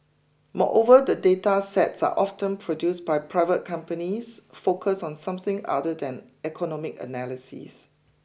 moreover the data sets are often produced by private companies focused on something other than economic analysis